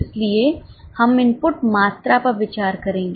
इसलिए हम इनपुट मात्रा पर विचार करेंगे